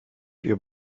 wir